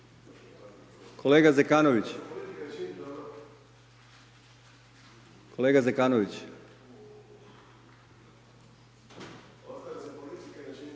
Kolega Zekanović, kolega Zekanović, kolega Zekanović,